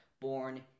born